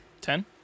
Ten